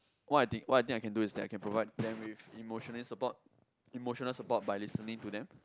what I think what I think I can do is I can provide them with emotionally support emotional support by listening to them